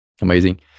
amazing